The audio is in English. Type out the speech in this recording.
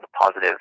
positive